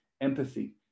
empathy